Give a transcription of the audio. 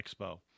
Expo